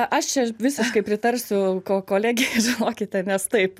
aš čia visiškai pritarsiu ko kolegei žinokite nes taip